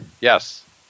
yes